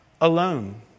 alone